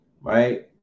Right